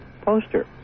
poster